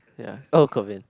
ya oh Kelvin